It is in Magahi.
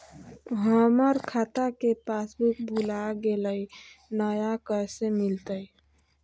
हमर खाता के पासबुक भुला गेलई, नया कैसे मिलतई?